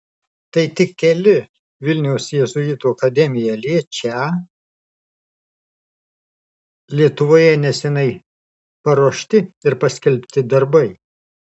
tai tik keli vilniaus jėzuitų akademiją liečią lietuvoje neseniai paruošti ir paskelbti darbai